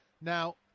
Now